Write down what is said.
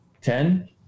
Ten